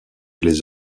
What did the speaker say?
les